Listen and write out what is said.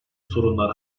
sorunlar